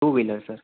two wheeler sir